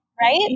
Right